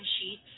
sheets